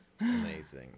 amazing